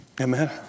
Amen